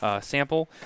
sample